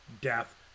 death